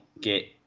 get